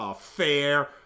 fair